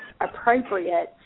appropriate